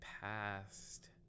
past